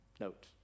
Note